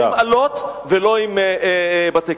לא עם אלות ולא עם בתי-כלא.